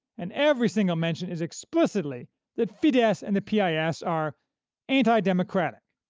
and every single mention is explicitly that fidesz and the pis are anti-democratic.